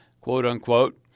quote-unquote